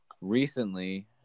recently